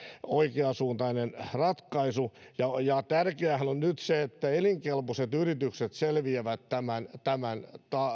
oikeasuuntainen ratkaisu ja tärkeäähän on nyt se että elinkelpoiset yritykset selviävät tämän